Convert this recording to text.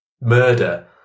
murder